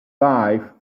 dive